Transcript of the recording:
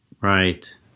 Right